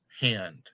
Hand